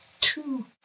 two